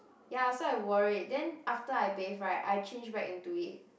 ya so I wore it then after I bathe right I changed back into it